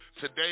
today